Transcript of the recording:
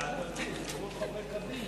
את הצעת חוק קליטת חיילים